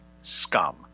scum